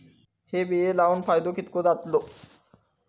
हे बिये लाऊन फायदो कितको जातलो?